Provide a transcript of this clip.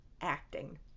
acting